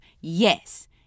Yes